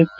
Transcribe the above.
F